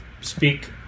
speak